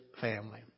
family